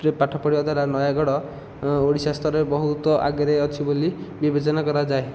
ପାଠ ପଢ଼ିବା ଦ୍ଵାରା ନୟାଗଡ଼ ଓଡ଼ିଶା ସ୍ତରରେ ବହୁତ ଆଗରେ ଅଛି ବୋଲି ବିବେଚନା କରାଯାଏ